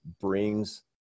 brings